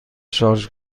شارژ